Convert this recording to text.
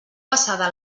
passada